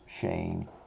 shame